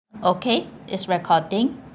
okay it's recording